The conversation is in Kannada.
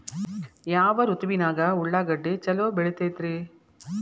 ಯಾವ ಋತುವಿನಾಗ ಉಳ್ಳಾಗಡ್ಡಿ ಛಲೋ ಬೆಳಿತೇತಿ ರೇ?